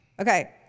Okay